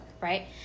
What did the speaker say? right